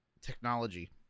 technology